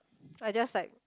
I just like